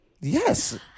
Yes